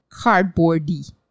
cardboardy